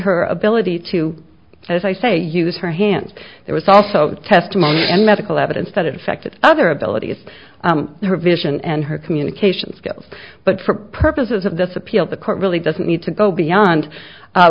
her ability to as i say use her hands there was also testimony and medical evidence that infected other abilities her vision and her communication skills but for purposes of this appeal the court really doesn't need to go beyond